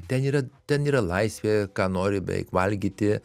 ten yra ten yra laisvė ką nori beveik valgyti